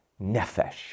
nefesh